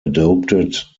adopted